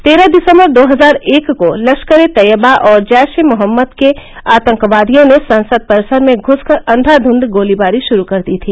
तेरह दिसम्बर दो हजार एक को लश्करे तैएवा और जैश ए मोहम्मद के आतंकवादियों ने संसद परिसर में घुसकर अंधाध्ध गोलीबारी शुरू कर दी थी